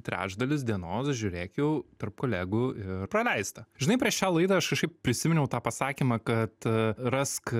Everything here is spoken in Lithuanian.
trečdalis dienos žiūrėk jau tarp kolegų ir praleista žinai prieš šią laidą aš kažkaip prisiminiau tą pasakymą kad rask